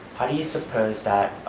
how do you suppose that